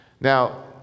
Now